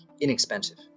inexpensive